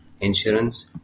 insurance